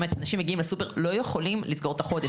באמת אנשים מגיעים לסופר לא יכולים לסגור את החודש,